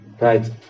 Right